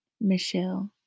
Michelle